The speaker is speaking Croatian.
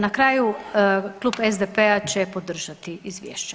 Na kraju Klub SDP-a će podržati izvješće.